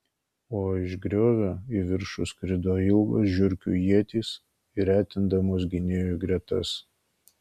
o iš griovio į viršų skrido ilgos žiurkių ietys retindamos gynėjų gretas